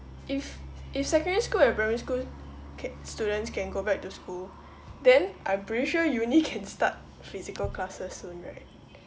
if if secondary school and primary school ca~ students can go back to school then I'm pretty sure you can only start physical classes soon right